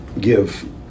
give